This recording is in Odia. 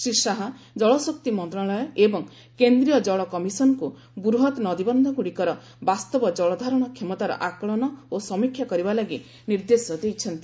ଶ୍ରୀ ଶାହା ଜଳଶକ୍ତି ମନ୍ତ୍ରଣାଳୟ ଏବଂ କେନ୍ଦ୍ରୀୟ ଜଳ କମିଶନ୍କୁ ବୃହତ୍ ନଦୀବନ୍ଧଗ୍ରଡ଼ିକର ବାସ୍ତବ ଜଳ ଧାରଣ କ୍ଷମତାର ଆକଳନ ଓ ସମୀକ୍ଷା କରିବା ଲାଗି ନିର୍ଦ୍ଦେଶ ଦେଇଛନ୍ତି